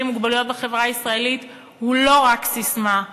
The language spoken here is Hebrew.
עם מוגבלויות בחברה הישראלית הוא לא רק ססמה,